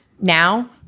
Now